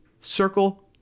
Circle